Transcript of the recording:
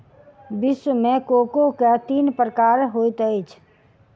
विश्व मे कोको के तीन प्रकार होइत अछि